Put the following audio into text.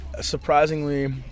surprisingly